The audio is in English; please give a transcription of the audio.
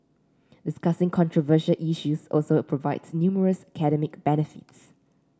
discussing controversial issues also provides numerous academic benefits